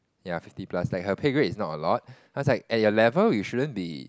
ya fifty plus like her pay grade is not a lot I was like at your level you shouldn't be